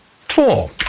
Four